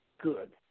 good